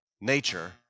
nature